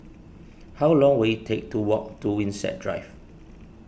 how long will it take to walk to Winstedt Drive